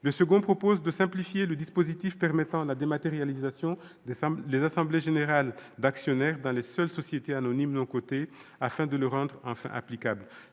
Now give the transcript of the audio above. amendement tend à simplifier le dispositif permettant la dématérialisation des assemblées générales d'actionnaires dans les seules sociétés anonymes non cotées, afin de le rendre enfin applicable.